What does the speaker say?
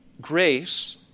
Grace